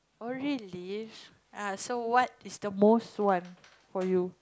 oh really ah so what is the most one for you